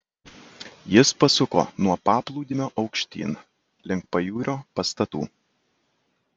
jis pasuko nuo paplūdimio aukštyn link pajūrio pastatų